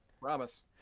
Promise